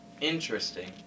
Interesting